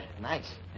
Nice